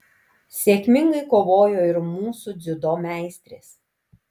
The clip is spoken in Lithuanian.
sėkmingai kovojo ir mūsų dziudo meistrės